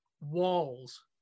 Walls